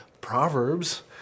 Proverbs